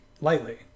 lightly